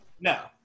No